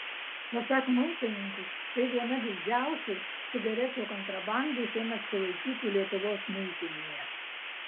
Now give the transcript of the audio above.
pasak muitininkų tai viena didžiausių cigarečių kontrabandų šiemet sulaikytų lietuvos muitinėje